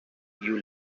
you